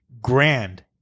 Grand